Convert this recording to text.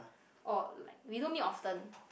oh like we don't meet often